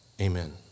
Amen